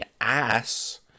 ass